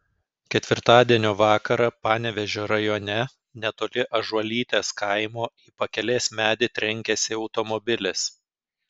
ketvirtadienio vakarą panevėžio rajone netoli ąžuolytės kaimo į pakelės medį trenkėsi automobilis